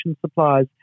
supplies